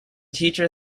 teacher